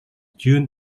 june